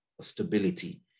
stability